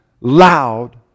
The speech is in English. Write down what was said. loud